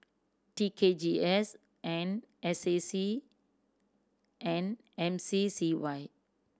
T K G S and S A C and M C C Y